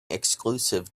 exclusive